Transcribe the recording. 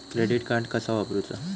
Credit card कसा वापरूचा?